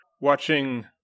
watching